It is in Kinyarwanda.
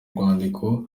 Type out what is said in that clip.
rwandiko